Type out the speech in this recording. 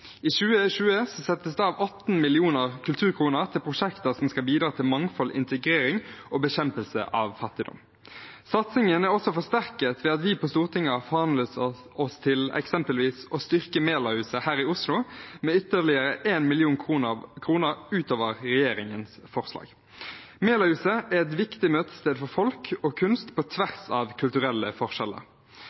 I 2020 settes det av 18 millioner kulturkroner til prosjekter som skal bidra til mangfold, integrering og bekjempelse av fattigdom. Satsingen er også forsterket ved at vi på Stortinget har forhandlet oss fram til eksempelvis å styrke Melahuset her i Oslo med ytterligere 1 mill. kr utover regjeringens forslag. Melahuset er et viktig møtested for folk og kunst på tvers av kulturelle forskjeller.